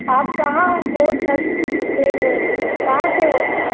आप कहाँ हो सकते हो कहाँ से हो